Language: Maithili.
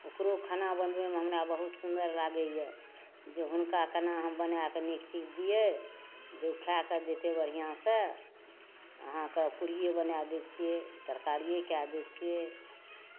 ओकरो खाना बनबैमे हमरा बहुत सुन्दर लागैए जे हुनका कोना हम बनाकऽ नीक चीज दिए जे ओ खाकऽ जेतै बढ़िआँसँ अहाँके पूड़िए बना दै छिए तरकारिए कऽ दै छिए